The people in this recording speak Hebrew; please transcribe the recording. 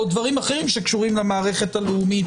דברים אחרים שקשורים למערכת הלאומית.